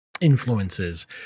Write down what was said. influences